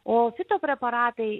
o fito preparatai